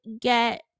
get